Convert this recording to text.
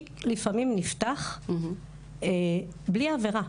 תיק לפעמים נפתח בלי עבירה,